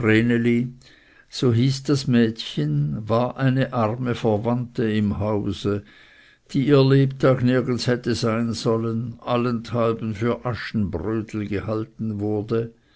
so hieß das mädchen war eine arme verwandte im hause die ihr lebtag nirgends hätte sein sollen allenthalben für aschenbrödel gehalten wurde